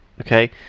Okay